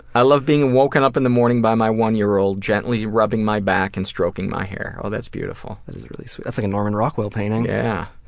i love being woken up in the morning by my one-year-old gently rubbing my back and stroking my hair. oh, that's beautiful. sweet. so that's like a norman rockwell painting. yeah.